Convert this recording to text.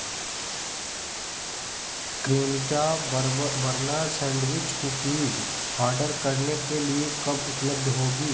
Cremica bourbon sandwich cookies order करने के लिए कब उपलब्ध होगी